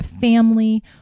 family